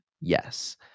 Yes